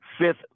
Fifth